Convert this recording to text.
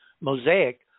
mosaic